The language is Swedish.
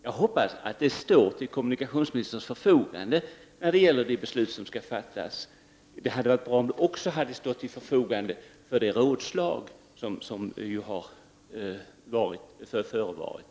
Jag hoppas att dessa uppgifter står till kommunikationsministerns förfogande när det gäller de beslut som skall fattas. Det hade varit bra om de också hade stått till förfogande för de rådslag som har förevarit.